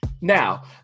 Now